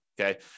Okay